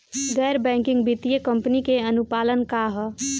गैर बैंकिंग वित्तीय कंपनी के अनुपालन का ह?